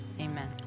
Amen